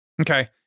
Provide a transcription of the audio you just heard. Okay